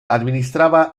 administraba